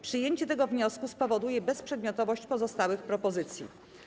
Przyjęcie tego wniosku spowoduje bezprzedmiotowość pozostałych propozycji.